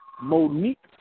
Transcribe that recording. Monique